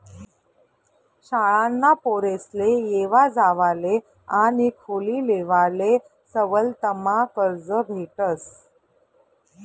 शाळाना पोरेसले येवा जावाले आणि खोली लेवाले सवलतमा कर्ज भेटस